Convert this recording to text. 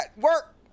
work